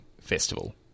festival